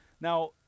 Now